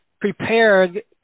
prepared